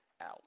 out